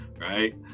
right